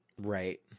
Right